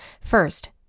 First